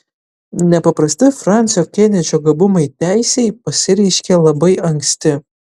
nepaprasti fransio kenedžio gabumai teisei pasireiškė labai anksti